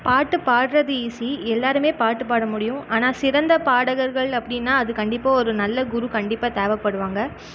பாட்டு பாட்றது ஈசி எல்லாருமே பாட்டு பாட முடியும் ஆனால் சிறந்த பாடகர்கள் அப்படினா அது கண்டிப்பாக ஒரு குரு நல்ல கண்டிப்பாக தேவைப்படுவாங்க